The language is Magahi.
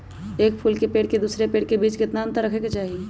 एक फुल के पेड़ के दूसरे पेड़ के बीज केतना अंतर रखके चाहि?